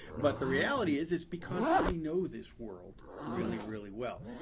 but the reality is it's because i know this world really, really well.